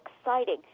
exciting